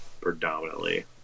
predominantly